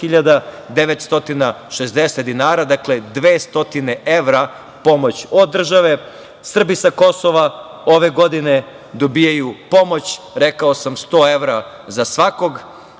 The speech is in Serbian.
25.960 dinara, dakle, 200 evra pomoć od države. Srbi sa Kosova ove godine dobijaju pomoć, rekao sam, 100 evra za svakog,